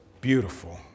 beautiful